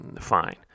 Fine